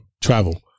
Travel